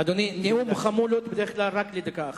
אדוני, נאום חמולות, בדרך כלל רק לדקה אחת.